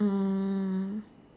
um